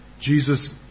Jesus